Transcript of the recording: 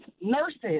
nurses